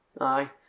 aye